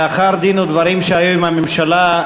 לאחר דין ודברים שהיה עם הממשלה,